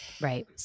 Right